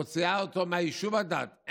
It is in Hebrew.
מוציאים אותו מיישוב הדעת.